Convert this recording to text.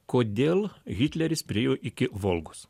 kodėl hitleris priėjo iki volgos